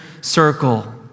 circle